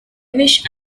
wish